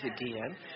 again